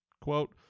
quote